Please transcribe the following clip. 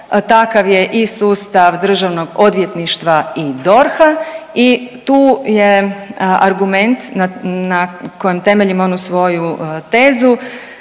takav je i sustav državnog odvjetništva i DORH-a i tu je argumenta na, na kojem temeljim onu svoju tezu,